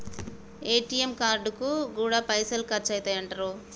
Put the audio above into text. ATM కార్డుకు గూడా పైసలు ఖర్చయితయటరో